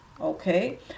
okay